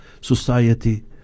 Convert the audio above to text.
society